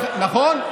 נכון?